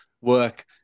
work